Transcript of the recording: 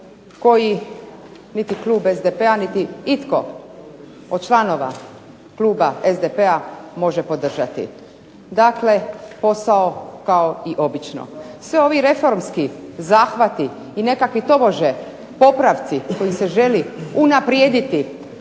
koji niti klub SDP-a niti itko od članova SDP-a može podržati. Dakle, posao kao i obično. Sve ovi reformski zahvati i nekakvi tobože popravci kojim se želi unaprijediti